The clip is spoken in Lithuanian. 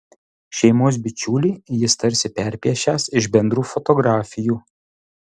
šeimos bičiulį jis tarsi perpiešęs iš bendrų fotografijų